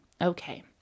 Okay